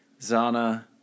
Zana